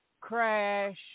crash